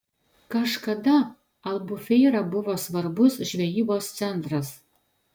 kažkada albufeira buvo svarbus žvejybos centras